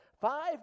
five